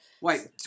Wait